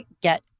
get